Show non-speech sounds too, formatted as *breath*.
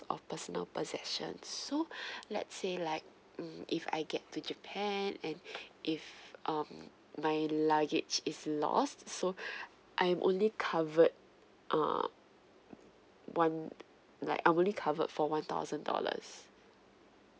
of personal possessions so *breath* let's say like hmm if I get to japan and *breath* if um my luggage is lost so *breath* I'm only covered uh one like I'm only covered for one thousand dollars